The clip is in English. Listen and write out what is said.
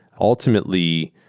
ultimately,